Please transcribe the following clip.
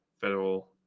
federal